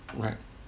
right